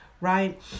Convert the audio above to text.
right